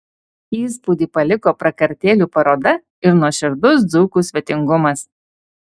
įspūdį paliko prakartėlių paroda ir nuoširdus dzūkų svetingumas